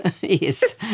Yes